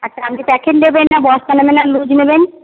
আচ্ছা আপনি প্যাকেট নেবেন না বস্তা নেবেন না লুজ নেবেন